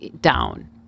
down